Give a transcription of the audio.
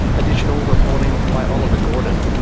additional reporting by oliver gordon.